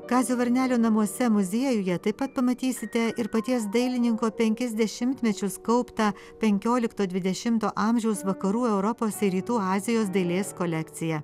kazio varnelio namuose muziejuje taip pat pamatysite ir paties dailininko penkis dešimtmečius kauptą penkiolikto dvidešimto amžiaus vakarų europos ir rytų azijos dailės kolekciją